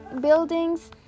buildings